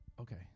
okay